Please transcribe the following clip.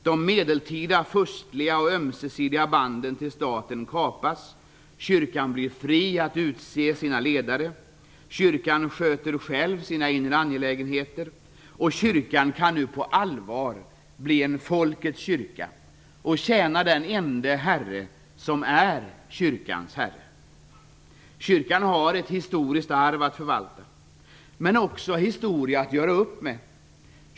De medeltida, furstliga och ömsesidiga banden till staten kapas. Kyrkan blir fri att utse sina ledare och att sköta sina egna inre angelägenheter. Kyrkan kan nu på allvar bli en folkets kyrka och tjäna den ende Herre som är kyrkans Herre. Kyrkan har ett historiskt arv att förvalta. men den har också historia att göra upp med.